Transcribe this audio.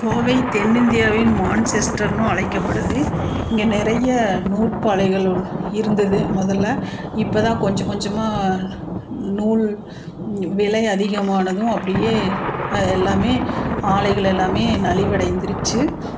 கோவை தென்னிந்தியாவின் மான்செஸ்டருன்னும் அழைக்கப்படுது இங்கே நிறைய நூர்ப்பாலைகள் இருந்தது முதல்ல இப்போ தான் கொஞ்சம் கொஞ்சமாக நூல் விலை அதிகமானதும் அப்படியே எல்லாம் ஆலைகள் எல்லாம் நலிவடைந்துடுச்சி